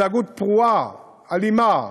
התנהגות פרועה, אלימה,